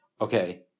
Okay